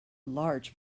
large